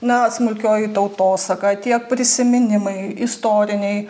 na smulkioji tautosaka tiek prisiminimai istoriniai